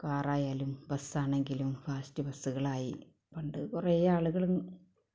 കാറായാലും ബസ്സാണെങ്കിലും ഫാസ്റ്റ് ബസുകളായി പണ്ട് കുറെ ആളുകള്